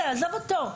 עזוב אותו.